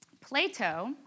Plato